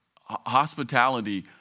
hospitality